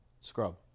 Scrub